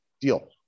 deal